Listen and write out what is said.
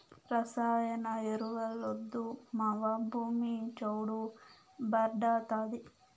రసాయన ఎరువులొద్దు మావా, భూమి చౌడు భార్డాతాది